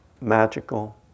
magical